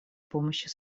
помощи